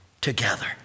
together